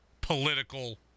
political